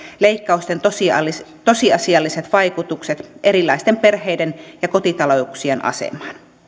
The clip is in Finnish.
leikkausten tosiasialliset vaikutukset erilaisten perheiden ja kotitalouksien asemaan